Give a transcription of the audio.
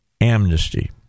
amnesty